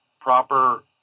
proper